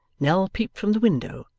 nell peeped from the window,